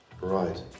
Right